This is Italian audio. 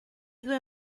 due